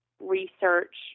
research